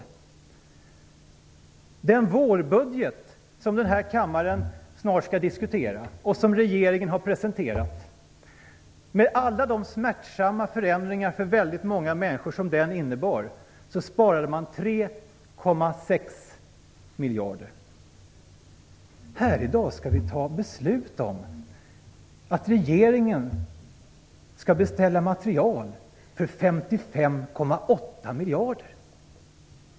Med den vårbudget som regeringen har presenterat och som den här kammaren snart skall diskutera, med alla de smärtsamma förändringar för väldigt många människor som den innebär, sparar man 3,6 miljarder. I dag skall vi fatta beslut om att regeringen skall beställa materiel för 55,8 miljarder.